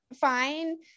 fine